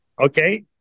okay